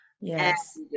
yes